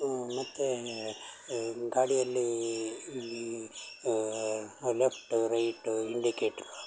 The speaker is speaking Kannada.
ಮತ್ತೆ ಗಾಡಿಯಲ್ಲಿ ಲೆಫ್ಟ್ ರೈಟ್ ಇಂಡಿಕೇಟ್ರು